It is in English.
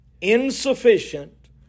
insufficient